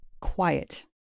quiet